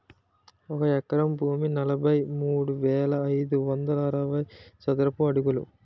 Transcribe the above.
ఒక ఎకరం భూమి నలభై మూడు వేల ఐదు వందల అరవై చదరపు అడుగులు